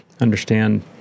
understand